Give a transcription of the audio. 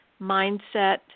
mindset